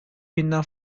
binden